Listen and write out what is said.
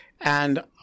And-